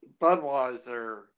Budweiser